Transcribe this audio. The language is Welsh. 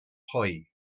hoe